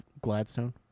Gladstone